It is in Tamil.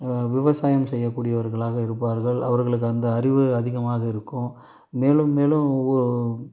விவசாயம் செய்யக்கூடியவர்களாக இருப்பார்கள் அவர்களுக்கு அந்த அறிவு அதிகமாக இருக்கும் மேலும் மேலும் ஒ